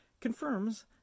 confirms